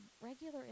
regular